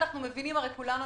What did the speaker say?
אנחנו מבינים כולנו,